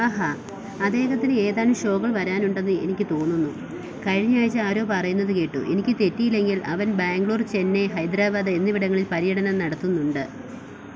ആഹാ അദ്ദേഹത്തിന് ഏതാനും ഷോകൾ വരാനുണ്ടെന്ന് എനിക്ക് തോന്നുന്നു കഴിഞ്ഞയാഴ്ച്ച ആരോ പറയുന്നത് കേട്ടു എനിക്ക് തെറ്റിയില്ലെങ്കിൽ അവൻ ബാങ്ക്ളൂർ ചെന്നൈ ഹൈദരാബാദ് എന്നിവിടങ്ങളിൽ പര്യടനം നടത്തുന്നുണ്ട്